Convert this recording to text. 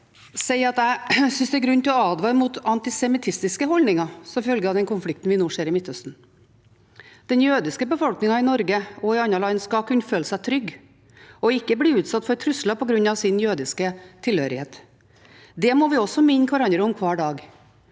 jeg synes det er grunn til å advare mot antisemittistiske holdninger som følge av den konflikten vi nå ser i Midtøsten. Den jødiske befolkningen i Norge og i andre land skal kunne føle seg trygge og ikke bli utsatt for trusler på grunn av sin jødiske tilhørighet. Det må vi også minne hverandre om hver dag.